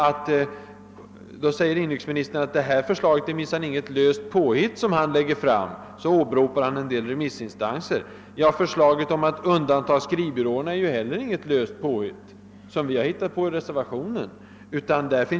Inrikesministern underströk = dessutom att det förslag han lägger fram inte är något löst påfund och åberopar en del remissinstanser som stöd. Men förslaget att undanta skrivbyråerna är inte heller något löst påfund, som vi reservanter har kommit på.